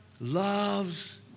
loves